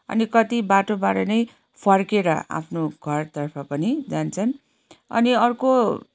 अनि कति बाटोबाट नै फर्किएर आफ्नो घरतर्फ पनि जान्छन् अनि अर्को